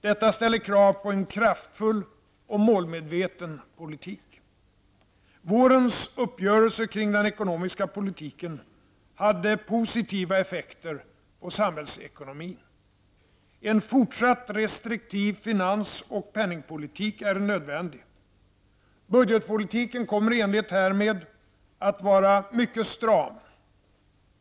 Detta ställer krav på en kraftfull och målmedveten politik. Vårens uppgörelse kring den ekonomiska politiken hade positiva effekter på samhällsekonomin. En fortsatt restriktiv finans och penningpolitik är nödvändig. Budgetpolitiken kommer i enlighet härmed att vara mycket stram.